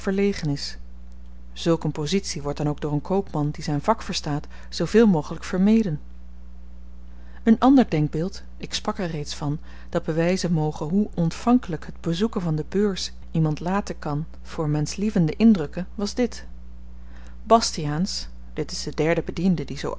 is zulk een pozitie wordt dan ook door een koopman die zyn vak verstaat zooveel mogelyk vermeden een ander denkbeeld ik sprak er reeds van dat bewyzen moge hoe ontvankelyk het bezoeken van de beurs iemand laten kan voor menschlievende indrukken was dit bastiaans dit is de derde bediende die zoo